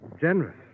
Generous